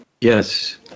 Yes